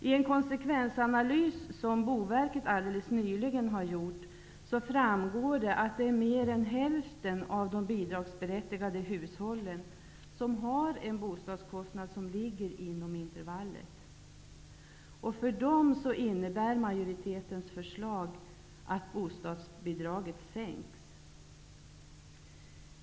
I en konsekvensanalys som Boverket alldeles nyligen gjort framgår det att mer än hälften av de bidragsberättigade hushållen har en bostadskostnad som ligger inom intervallet. För dessa innebär majoritetens förslag att bostadsbidraget sänks.